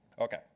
Okay